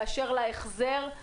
באשר להחזר.